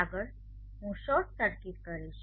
આગળ હું short circuit કરીશ